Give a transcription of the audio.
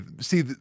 see